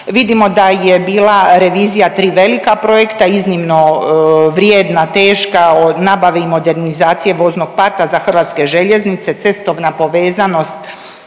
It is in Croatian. vidimo da je bila revizija 3 velika projekta iznimno vrijedna, teška, od nabave i modernizacije voznog parka za HŽ, cestovna povezanost